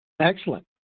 Excellent